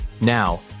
Now